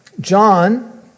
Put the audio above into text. John